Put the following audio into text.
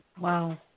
Wow